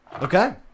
Okay